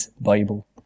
Bible